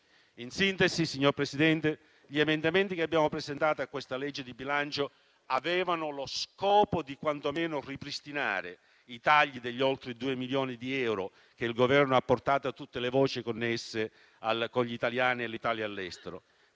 In sintesi, signor Presidente, gli emendamenti che abbiamo presentato a questa legge di bilancio avevano lo scopo quantomeno di ripristinare i tagli di oltre due milioni di euro che il Governo ha apportato a tutte le voci connesse con gli italiani e l'Italia all'estero;